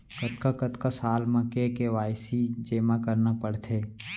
कतका कतका साल म के के.वाई.सी जेमा करना पड़थे?